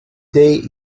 day